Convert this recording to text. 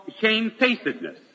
shamefacedness